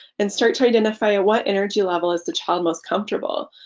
and start to identify what energy level is the child most comfortable.